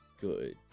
good